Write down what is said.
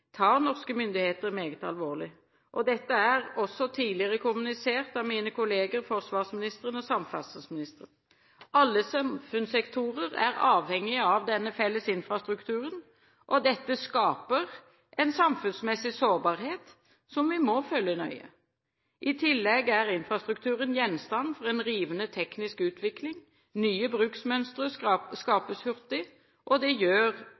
norske myndigheter meget alvorlig. Dette er også tidligere kommunisert av mine kolleger forsvarsministeren og samferdselsministeren. Alle samfunnssektorer er avhengige av denne felles infrastrukturen, og dette skaper en samfunnsmessig sårbarhet som vi må følge nøye. I tillegg er infrastrukturen gjenstand for en rivende teknisk utvikling. Nye bruksmønstre skapes hurtig. Det gjør